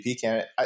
candidate